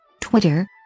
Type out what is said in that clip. Twitter